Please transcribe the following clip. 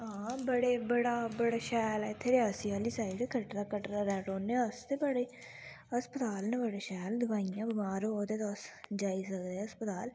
हां बड़े बड़ा बड़े शैल ऐ इत्थें रियासी आह्ली साइड कटरा कटरा रैह् रौहन्ने आं अस ते बड़े अस्पताल न बड़े शैल दवाईयां बमार होओ ते तुस जाई सकदे अस्पताल